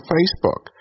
Facebook